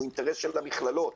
הוא אינטרס של המכללות,